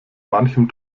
manchem